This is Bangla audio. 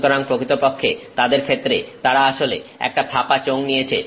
সুতরাং প্রকৃতপক্ষে তাদের ক্ষেত্রে তারা আসলে একটা ফাঁপা চোঙ নিয়েছে